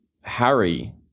Harry